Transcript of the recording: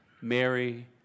Mary